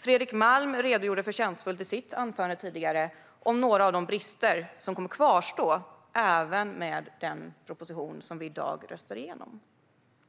Fredrik Malm redogjorde förtjänstfullt i sitt anförande tidigare för några av de brister som kommer att kvarstå även med den proposition som vi i dag röstar igenom.